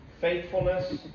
faithfulness